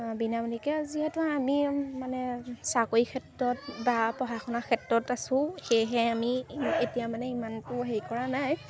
বিনামূলীয়াকৈ যিহেতু আমি মানে চাকৰি ক্ষেত্ৰত বা পঢ়া শুনাৰ ক্ষেত্ৰত আছোঁ সেয়েহে আমি এতিয়া মানে ইমানটো হেৰি কৰা নাই